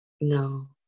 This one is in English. No